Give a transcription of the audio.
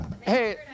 Hey